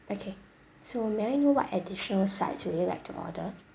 okay so may I know what additional sides would you like to order